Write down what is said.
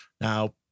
Now